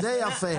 זה יפה.